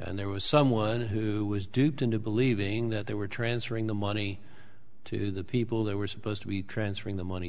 and there was someone who was duped into believing that they were transferring the money to the people they were supposed to be transferring the money